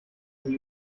sie